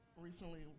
recently